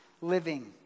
living